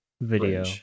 video